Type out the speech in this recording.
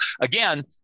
Again